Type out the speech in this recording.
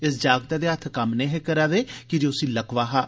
इस जागतै दे हत्थ कम्म नेहे करा रदे कीजे उसी लकवा हा